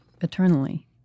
eternally